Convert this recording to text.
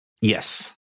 Yes